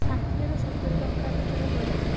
ଷାଠିଏରୁ ସତୁରୀ ଟଙ୍କା ଭିତରେ ବଢ଼ିଛି